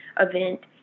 event